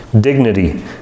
dignity